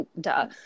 duh